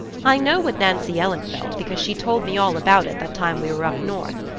i know what nancy ellen felt, because she told me all about it that time we were up north.